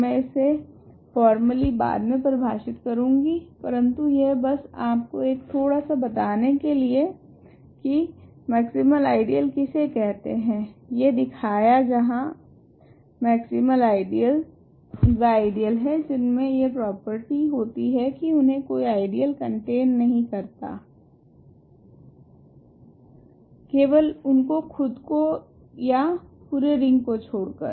तो मैं इसे फोर्मली बाद मे परिभाषित करूंगी परंतु यह बस आपको एक थोड़ा सा बताने के लिए की मैक्सिमल आइडियल किसे कहते है यह दिखाया जहां मैक्सिमल आइडियलस वह आइडियल है जिनमे यह प्रॉपर्टि होती है की उन्हे कोई आइडियल कंटेन नहीं करता केवल उनको खुद को या पूरे रिंग को छोड़ कर